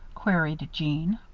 queried jeanne.